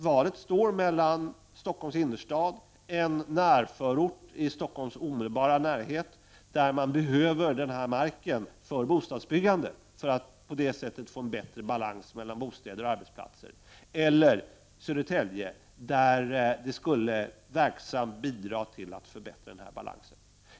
Valet står mellan Stockholms innerstad, en närförort i Stockholms omedelbara närhet — där marken behövs för bostadsbyggande för att få en bättre balans mellan bostäder och arbetsplatser — eller Södertälje, vilket skulle verksamt bidra till att förbättra balansen.